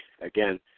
again